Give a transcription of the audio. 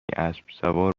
اسبسوار